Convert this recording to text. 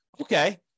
Okay